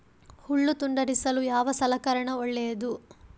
ಹುಲ್ಲು ತುಂಡರಿಸಲು ಯಾವ ಸಲಕರಣ ಒಳ್ಳೆಯದು?